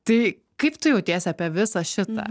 tai kaip tu jautiesi apie visą šitą